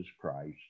Christ